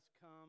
come